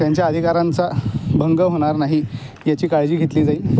त्यांच्या अधिकारांचा भंग होणार नाही याची काळजी घेतली जाईल